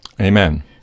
Amen